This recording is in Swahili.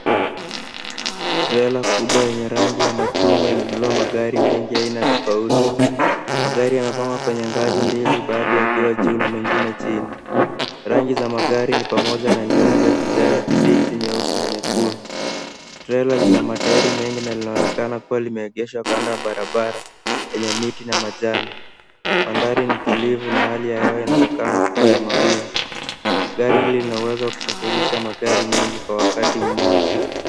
Trela kubwa yenye rangi ya machungwa imebeba magari mengi aina tofauti. Magari yamepangwa kwenye ngazi mbili baadhi yakiwa juu na mengine chini. Rangi za magari ni pamoja na nyeupe, kijani kibichi, nyeusi, na nyekundu. Trela lina matairi mengi na linaloonekana kuwa limeegeshwa kando ya barabara, yenye miti na majani. Mandhari ni tulivu na hali ya hewa inaonekana kuwa ya mawingu. Gari lina uwezo wa kusafirisha magari mengi kwa wakati mmoja.